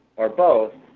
or both,